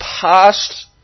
past